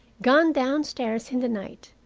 gone downstairs, in the night,